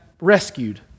rescued